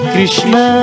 Krishna